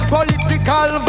Political